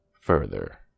further